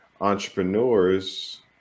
entrepreneurs